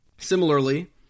Similarly